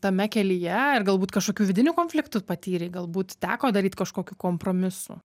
tame kelyje ir galbūt kažkokių vidinių konfliktų patyrei galbūt teko daryt kažkokių kompromisų